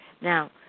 Now